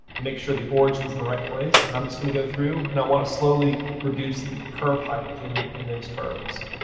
and make sure the origin's in the right place. and i'm just going to go through, and i want to slowly reduce the curve height in in those curves.